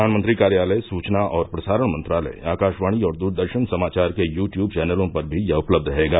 प्रधानमंत्री कार्यालय सुचना और प्रसारण मंत्रालय आकाशवाणी और दूरदर्शन समाचार के यू ट्यूब चौनलों पर भी यह उपलब्ध रहेगा